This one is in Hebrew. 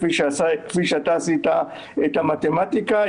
כפי שאתה עשית את המתמטיקה,